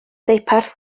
deuparth